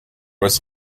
was